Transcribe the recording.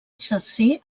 exercir